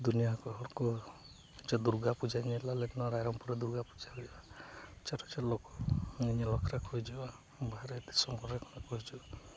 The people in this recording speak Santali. ᱫᱩᱱᱤᱭᱟᱹ ᱠᱚ ᱦᱚᱲ ᱠᱚ ᱥᱮ ᱫᱩᱨᱜᱟ ᱯᱩᱡᱟᱹ ᱧᱮᱞ ᱟᱞᱮ ᱱᱚᱣᱟ ᱨᱟᱭᱨᱚᱝᱯᱩᱨ ᱨᱮ ᱫᱩᱨᱜᱟ ᱯᱩᱡᱟᱹ ᱦᱩᱭᱩᱜᱼᱟ ᱦᱟᱡᱟᱨ ᱦᱟᱡᱟᱨ ᱞᱳᱠ ᱠᱚ ᱱᱤᱭᱟᱹ ᱨᱚᱛᱷᱚ ᱡᱟᱛᱨᱟ ᱨᱮᱠᱚ ᱦᱤᱡᱩᱜᱼᱟ ᱵᱟᱦᱨᱮ ᱫᱤᱥᱚᱢ ᱠᱚᱨᱮ ᱠᱷᱚᱱ ᱠᱚ ᱦᱤᱡᱩᱜᱼᱟ